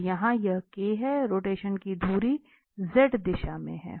तो यहाँ यह है रोटेशन की धुरी z दिशा में है